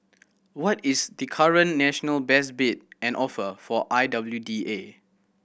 what is the current national best bid and offer for I W D A